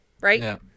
right